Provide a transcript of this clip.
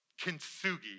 kintsugi